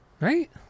right